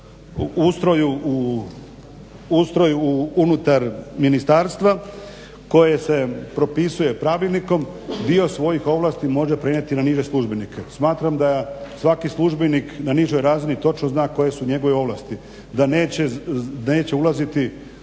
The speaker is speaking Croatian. ustroju unutar ministarstva koje se propisuje pravilnikom dio svojih ovlasti može prenijeti na niže službenike. Smatram da svaki službenik na nižoj razini točno zna koje su njegove ovlasti, da neće ulaziti u